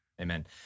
Amen